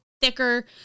thicker